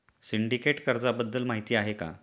Syndicate कर्जाबद्दल माहिती आहे का?